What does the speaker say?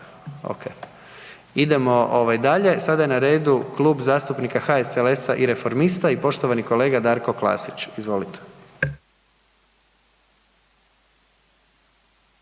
Idemo ovaj dalje, sada je na redu Klub zastupnika HSLS-a i Reformista i poštovani kolega Darko Klasić, izvolite.